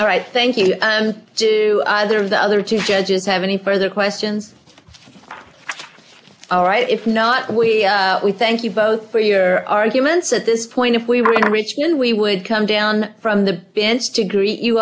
all right thank you to either of the other two judges have any further questions all right if not we we thank you both for your arguments at this point if we were in richmond we would come down from the b s degree you